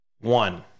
one